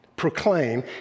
Proclaim